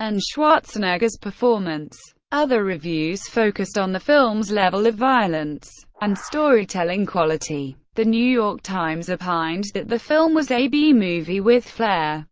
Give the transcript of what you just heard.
and schwarzenegger's performance. other reviews focused on the film's level of violence and story-telling quality. the new york times opined that the film was a b-movie with flair.